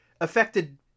affected